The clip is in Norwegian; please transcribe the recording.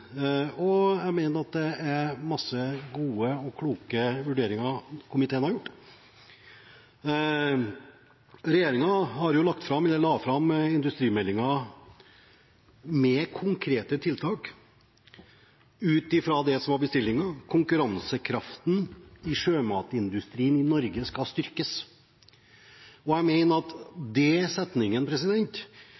har jeg skjønt. Jeg mener at det er mange gode og kloke vurderinger komiteen har gjort. Regjeringen la fram sjømatindustrimeldingen med konkrete tiltak ut ifra det som var bestillingen: Konkurransekraften i sjømatindustrien i Norge skal styrkes. Jeg mener at